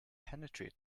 penetrate